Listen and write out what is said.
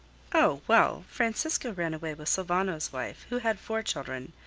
oh! well! francisco ran away with sylvano's wife, who had four children.